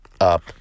up